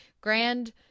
grand